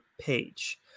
page